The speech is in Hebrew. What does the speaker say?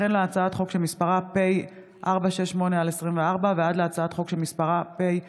החל בהצעת חוק פ/4068/24 וכלה בהצעת חוק פ/4072/24: